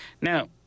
Now